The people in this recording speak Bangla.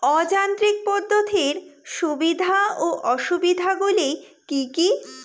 অযান্ত্রিক পদ্ধতির সুবিধা ও অসুবিধা গুলি কি কি?